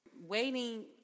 Waiting